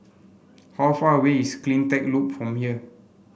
how far away is CleanTech Loop from here